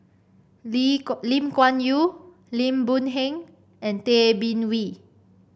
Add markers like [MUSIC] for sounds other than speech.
[UNINTELLIGIBLE] Lim Kuan Yew Lim Boon Heng and Tay Bin Wee